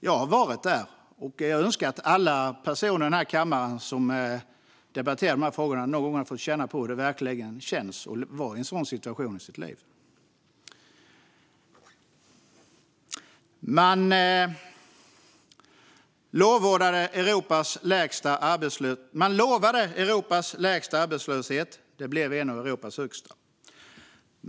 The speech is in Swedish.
Jag har varit där, och jag önskar att alla personer i denna kammare som debatterar de här frågorna någon gång har fått känna på hur det verkligen känns att vara i en sådan situation i sitt liv. Man lovade Europas lägsta arbetslöshet; det blev en av Europas högsta.